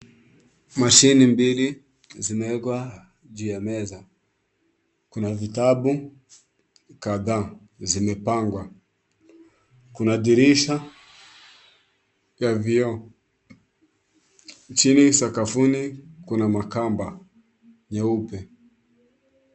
Mashini mbili zimewekwa juu ya meza. Kuna vitabu kadhaa zimepangwa. Kuna dirisha ya vioo. Chini sakafuni kuna makamba nyeupe.